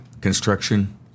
Construction